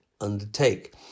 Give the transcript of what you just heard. undertake